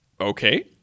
Okay